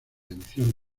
edición